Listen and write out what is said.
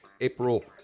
April